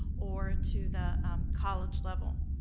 or to the college level.